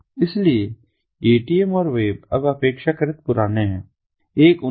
इसलिए एटीएम और वेब अब तक अपेक्षाकृत पुराने हैं